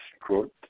quote